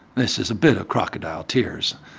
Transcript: this is a bit of crocodile tears.